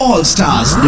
All-Stars